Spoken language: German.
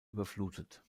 überflutet